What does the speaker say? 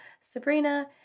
Sabrina